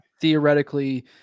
theoretically